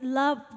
love